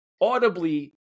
audibly